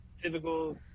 typical